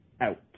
out